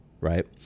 right